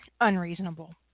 unreasonable